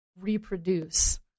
reproduce